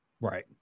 Right